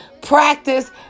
Practice